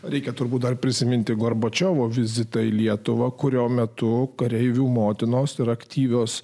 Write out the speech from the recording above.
reikia turbūt dar prisiminti gorbačiovo vizitą į lietuvą kurio metu kareivių motinos ir aktyvios